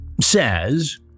says